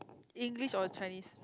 English or Chinese